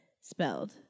spelled